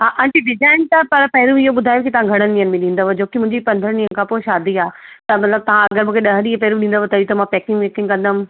हा aunty design त पर पहिरियों इहो ॿुधायो की तव्हां घणनि ॾींहंनि में ॾींदव जो की मुंहिंजी पंद्रहं ॾींहंनि खां पोइ शादी आहे त मतिलबु तव्हां अगरि मूंखे ॾह ॾींहुं पहिरियों ॾींदव तॾहिं त मां पैकिंग वैकिंग कंदमि